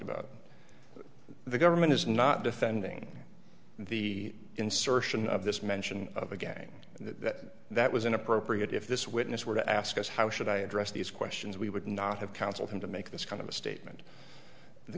about the government is not defending the insertion of this mention of a gang and that that was inappropriate if this witness were to ask us how should i address these questions we would not have counseled him to make this kind of a statement the